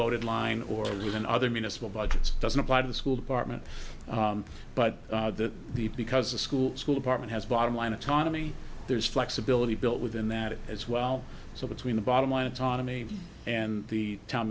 voted line or within other municipal budgets doesn't apply to the school department but the because the school school apartment has bottom line autonomy there's flexibility built within that as well so between the bottom line autonomy and the town